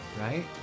Right